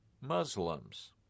Muslims